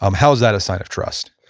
um how is that a sign of trust?